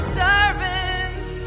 servants